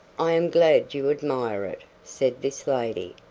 i am glad you admire it, said this lady,